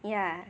yeah